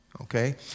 okay